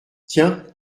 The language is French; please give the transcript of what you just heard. tiens